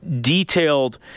detailed